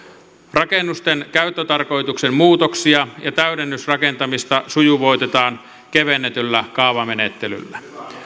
rakennusten käyttötarkoituksen muutoksia ja täydennysrakentamista sujuvoitetaan kevennetyllä kaavamenettelyllä